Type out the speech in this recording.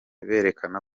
berekana